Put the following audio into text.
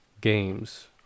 games